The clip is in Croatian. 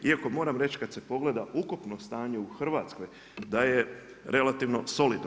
Iako moram reći kad se pogleda ukupno stanje u Hrvatskoj, da je relativno solidno.